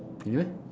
really meh